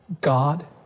God